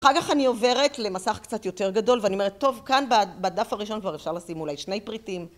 אחר כך אני עוברת למסך קצת יותר גדול ואני אומרת טוב כאן בדף הראשון כבר אפשר לשים אולי שני פריטים